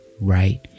right